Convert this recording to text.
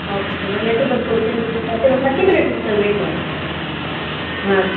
okay sir ನಾ letter ಬರ್ದು ಕೊಡ್ತೆನೆ ರೀ ಈಗ ಬರ್ತೆ ಒಂದು ಥರ್ಟಿ ಮಿನಿಟ್ ಇರಿ ಸರ್ ವೆಯ್ಟ್ ಮಾಡಿರಿ ಹಾಂ